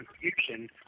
confusion